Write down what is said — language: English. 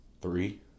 three